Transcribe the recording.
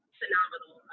phenomenal